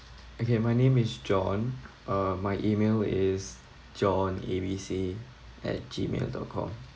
okay my name is john uh my email is john A B C at gmail dot com